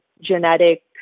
genetic